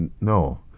no